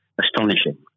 astonishing